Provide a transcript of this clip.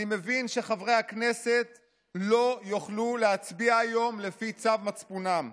אני מבין שחברי הכנסת לא יוכלו להצביע היום לפי צו מצפונם.